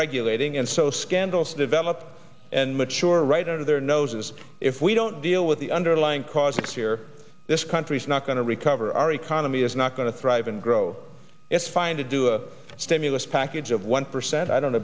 regulating and so scandals develop and mature right under their noses if we don't deal with the underlying causes here this country is not going to recover our economy is not going to thrive and grow it's fine to do a stimulus package of one percent i don't